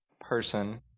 person